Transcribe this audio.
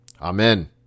amen